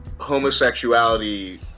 homosexuality